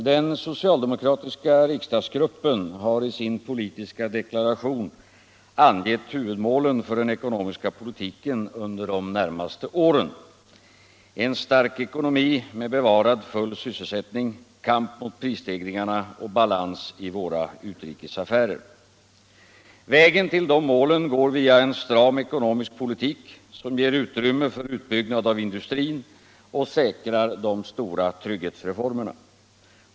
Herr talman! Den socialdemokratiska riksdagsgruppen har i sin politiska deklaration angett huvudmäålen för den ekonomiska politiken under de närmaste åren: en stark ekonomi med bevarad full sysselsättning, kamp mot prisstegringarna och balans i våra utrikes affärer. Vägen till de målen går via en stram ekonomisk politik, som ger utrymme för utbyggnad av industrin och säkrar de stora trygghetsreformerna.